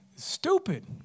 stupid